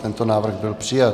Tento návrh byl přijat.